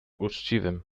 uczciwym